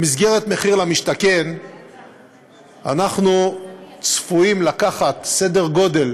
במסגרת מחיר למשתכן אנחנו צפויים לקחת סדר גודל